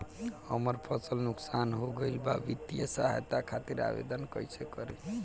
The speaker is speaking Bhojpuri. हमार फसल नुकसान हो गईल बा वित्तिय सहायता खातिर आवेदन कइसे करी?